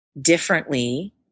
differently